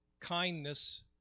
kindness